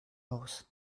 aus